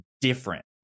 different